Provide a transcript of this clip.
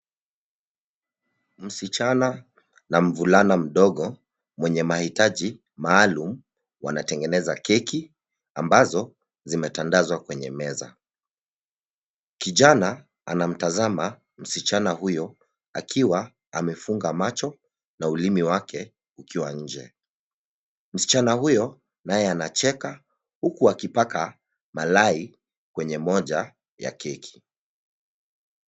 Msichana na mvulana mdogo wenye mahitaji maalum wanatengeneza keki ambazo zimetandazwa kwenye meza. Kijana anamtazama msichana huyo akiwa amefunga macho na ulimi wake ukiwa nje. Msichana huyo naye anacheka huku akipaka malai kwenye moja ya keki.